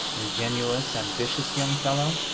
ingenious, ambitious young fellow?